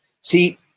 See